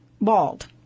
bald